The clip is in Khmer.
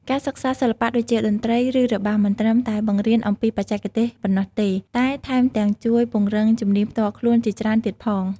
ការសិក្សាសិល្បៈដូចជា តន្ត្រី ឬរបាំ មិនត្រឹមតែបង្រៀនអំពីបច្ចេកទេសប៉ុណ្ណោះទេ តែថែមទាំងជួយពង្រឹងជំនាញផ្ទាល់ខ្លួនជាច្រើនទៀតផង។